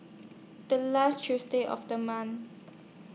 The last Tuesday of The month